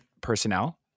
personnel